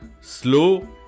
slow